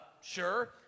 Sure